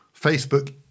Facebook